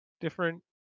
different